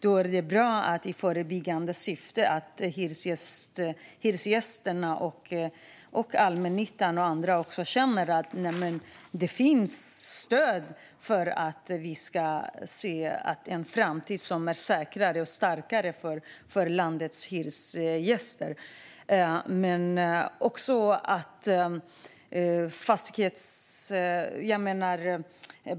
Därför är det bra, i förebyggande syfte, att hyresgästerna, allmännyttan och andra känner att det finns stöd för en framtid som är säkrare och starkare för landets hyresgäster.